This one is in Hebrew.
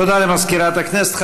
תודה למזכירת הכנסת.